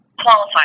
Qualified